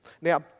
Now